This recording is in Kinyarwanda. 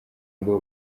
ngo